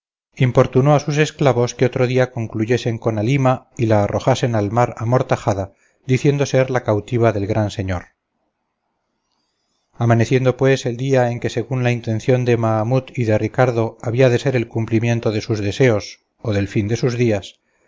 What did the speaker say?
importunó a sus esclavos que otro día concluyesen con halima y la arrojasen al mar amortajada diciendo ser la cautiva del gran señor amaneciendo pues el día en que según la intención de mahamut y de ricardo había de ser el cumplimiento de sus deseos o del fin de sus días